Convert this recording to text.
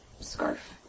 scarf